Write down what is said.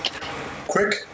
Quick